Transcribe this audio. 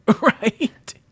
Right